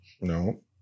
No